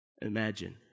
imagine